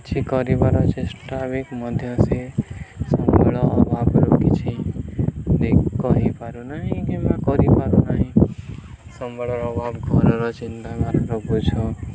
କିଛି କରିବାର ଚେଷ୍ଟା ହିଁ ମଧ୍ୟ ସେ ସମ୍ବଳ ଅଭାବର କିଛି ହେଇପାରୁନାହିଁ କିମ୍ବା କରିପାରୁନାହିଁ ସମ୍ବାଳ ଅଭାବ ଘରର ଚିନ୍ତାଧାରର ବୋଝ